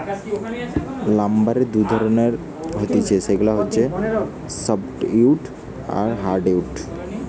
লাম্বারের দুই ধরণের হতিছে সেগুলা হচ্ছে সফ্টউড আর হার্ডউড